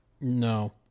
No